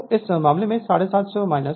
तो इस मामले में 750 630750 Smax T 016 है